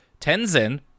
Tenzin